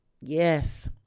yes